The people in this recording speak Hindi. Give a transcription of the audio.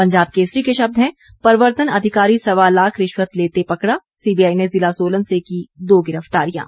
पंजाब केसरी के शब्द है प्रवर्तन अधिकारी सवा लाख रिश्वत लेते पकड़ा सीबीआई ने जिला सोलन से की दो गिरफतारियां